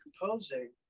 composing